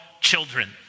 children